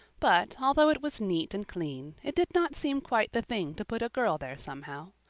but, although it was neat and clean, it did not seem quite the thing to put a girl there somehow.